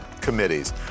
committees